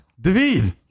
David